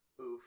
Oof